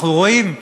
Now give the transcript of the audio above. אנחנו רואים,